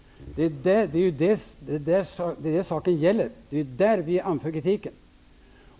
Det är detta saken gäller. Det är här vi anför kritiken.